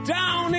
Down